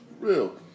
Real